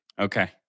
Okay